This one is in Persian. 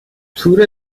تور